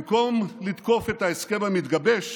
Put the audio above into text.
במקום לתקוף את ההסכם המתגבש